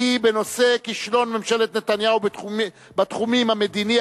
בנושא: כישלון ממשלת נתניהו בתחום המדיני,